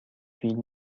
فیلم